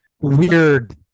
weird